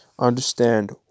Understand